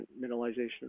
mineralization